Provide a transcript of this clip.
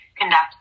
conduct